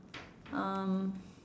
um